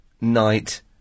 night